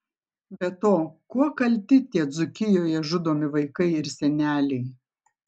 be to kuo kalti tie dzūkijoje žudomi vaikai ir seneliai